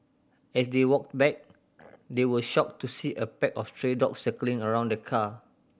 as they walked back they were shocked to see a pack of stray dogs circling around the car